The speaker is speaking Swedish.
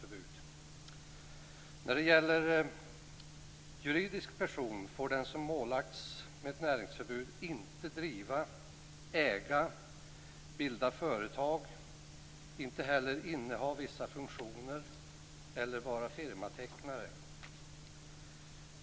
När det gäller juridisk person får den som ålagts ett näringsförbud inte driva, äga och bilda företag och inte heller inneha vissa funktioner eller vara firmatecknare.